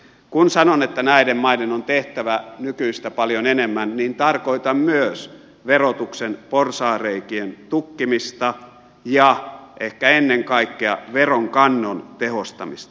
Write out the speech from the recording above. kun sanon että näiden maiden on tehtävä nykyistä paljon enemmän niin tarkoitan myös verotuksen porsaanreikien tukkimista ja ehkä ennen kaikkea veronkannon tehostamista